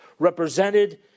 represented